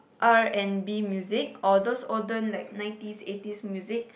R-and-B music or those olden like nineties eighties music